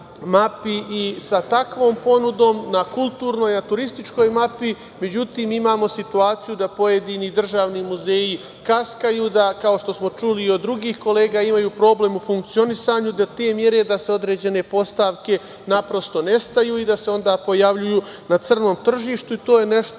i sa takvom ponudom na kulturnoj je i turističkoj mapi, međutim, imamo situaciju da pojedini državni muzeji kaskaju, kao što smo čuli i od drugih kolega, imaju problem u funkcionisanju do te mere da određene postavke naprosto nestaju i da se onda pojavljuju na crnom tržištu i to je nešto